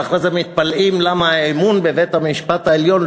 ואחרי זה מתפלאים למה האמון בבית-המשפט העליון,